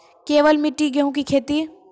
केवल मिट्टी गेहूँ की खेती?